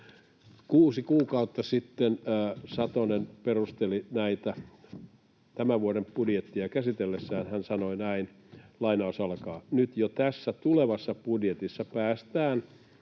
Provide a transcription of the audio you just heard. Kuusi kuukautta sitten Satonen perusteli näitä, ja tämän vuoden budjettia käsitellessään hän sanoi näin: ”Nyt jo tässä tulevassa budjetissa päästään